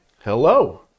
Hello